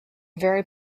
very